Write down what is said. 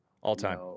All-time